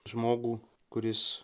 žmogų kuris